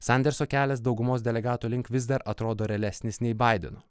sanderso kelias daugumos delegatų link vis dar atrodo realesnis nei baideno